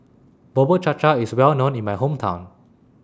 Bubur Cha Cha IS Well known in My Hometown